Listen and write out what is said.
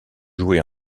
jouer